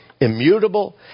immutable